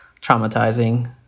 traumatizing